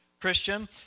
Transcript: Christian